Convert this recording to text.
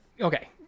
Okay